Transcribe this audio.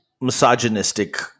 misogynistic